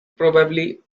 probably